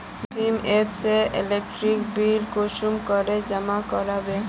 भीम app से electricity bill कुंसम करे जमा कर बो?